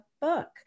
book